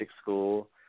school